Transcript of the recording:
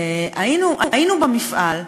היינו במפעל,